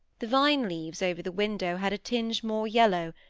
the vine-leaves over the window had a tinge more yellow,